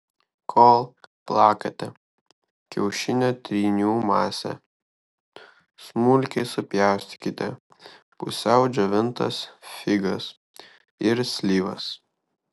kol plakate kiaušinio trynių masę smulkiai supjaustykite pusiau džiovintas figas ir slyvas